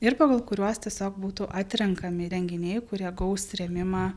ir pagal kuriuos tiesiog būtų atrenkami renginiai kurie gaus rėmimą